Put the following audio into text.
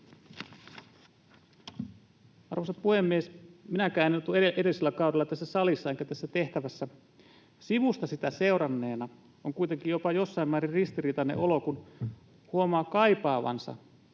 Arvoisa puhemies! Minäkään en ollut edellisellä kaudella tässä salissa enkä tässä tehtävässä. Sivusta sitä seuranneena on kuitenkin jopa jossain määrin ristiriitainen olo, kun huomaa kaipaavansa